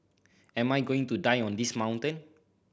am I going to die on this mountain